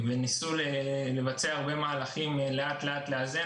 וניסו לבצע הרבה מהלכים כדי לאט-לאט לאזן.